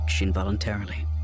involuntarily